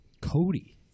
Cody